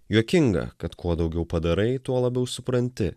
juokinga kad kuo daugiau padarai tuo labiau supranti